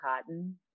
cotton